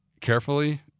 carefully